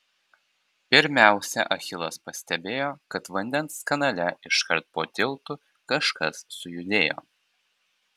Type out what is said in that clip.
pirmiausia achilas pastebėjo kad vandens kanale iškart po tiltu kažkas sujudėjo